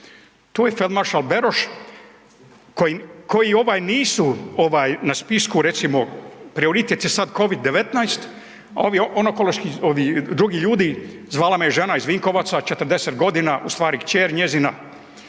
Tu je sad maršal Beroš koji ovaj nisu ovaj na spisku recimo prioritet je sad Covid-19, a ovi onkološki ovi drugi ljudi, zvala me žena iz Vinkovaca 40 godina, ustvari kćer njezina